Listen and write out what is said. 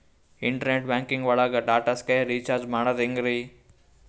Internet banking ಒಳಗ್ Tata Sky recharge ಮಾಡದ್ ಹೆಂಗ್ರೀ?